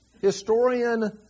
historian